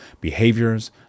behaviors